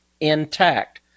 intact